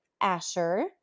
Asher